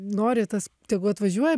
nori tas tegu atvažiuoja